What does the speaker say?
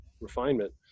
Refinement